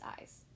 eyes